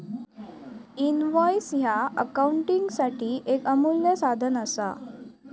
invoice ह्या अकाउंटिंगसाठी येक अमूल्य साधन असा